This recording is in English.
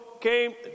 came